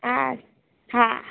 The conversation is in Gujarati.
હા હા